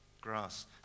Grass